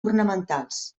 ornamentals